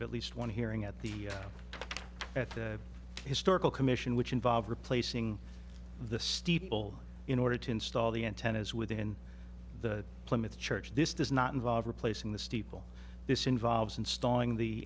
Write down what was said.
of at least one hearing at the at the historical commission which involved replacing the steeple in order to install the antennas within the plymouth church this does not involve replacing the steeple this involves installing the